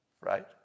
right